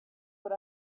what